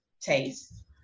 taste